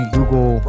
Google